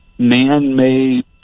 Man-made